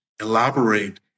elaborate